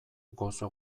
gozo